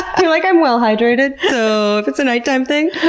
i'm like i'm well hydrated so if it's a nighttime thing.